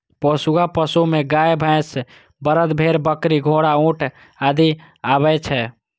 पोसुआ पशु मे गाय, भैंस, बरद, भेड़, बकरी, घोड़ा, ऊंट आदि आबै छै